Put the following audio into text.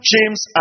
James